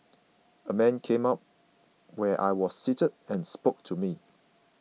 a man came up where I was seated and spoke to me